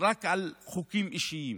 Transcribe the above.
רק על חוקים אישיים.